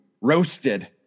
roasted